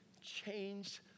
changed